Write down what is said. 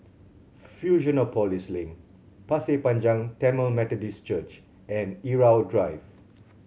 Fusionopolis Link Pasir Panjang Tamil Methodist Church and Irau Drive